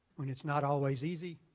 when it's not always easy,